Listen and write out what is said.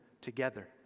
together